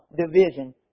division